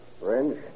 Wrench